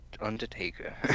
Undertaker